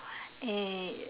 eh